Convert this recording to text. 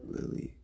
Lily